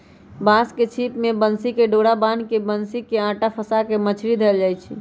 बांस के छिप में बन्सी कें डोरा बान्ह् के बन्सि में अटा फसा के मछरि धएले जाइ छै